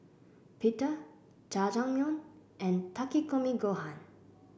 Pita Jajangmyeon and Takikomi Gohan